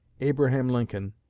abraham lincoln,